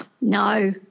no